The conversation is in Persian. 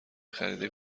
خرید